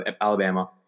alabama